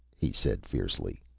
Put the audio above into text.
he said fiercely.